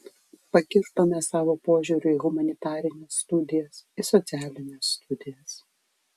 pakirtome savo požiūriu į humanitarines studijas į socialines studijas